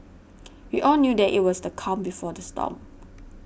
we all knew that it was the calm before the storm